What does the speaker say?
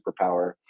superpower